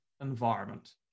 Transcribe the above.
environment